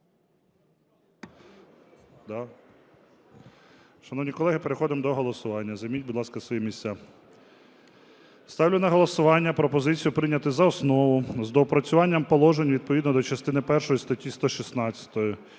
Шановні колеги, переходимо до голосування. Займіть, будь ласка, свої місця. Ставлю на голосування пропозицію прийняти за основу з доопрацюванням положень відповідно до частини першої статті 116